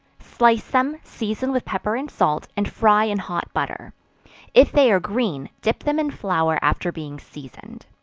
slice them, season with pepper and salt, and fry in hot butter if they are green, dip them in flour after being seasoned.